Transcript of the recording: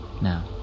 now